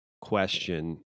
question